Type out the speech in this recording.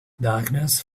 darkness